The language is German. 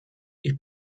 ich